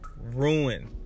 ruin